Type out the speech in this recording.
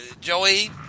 Joey